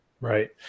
Right